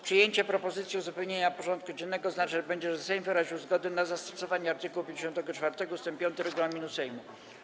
Przyjęcie propozycji uzupełnienia porządku dziennego oznaczać będzie, że Sejm wyraził zgodę na zastosowanie art. 54 ust. 5 regulaminu Sejmu.